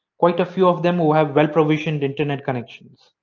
quite a few of them who have well provisioned internet connections.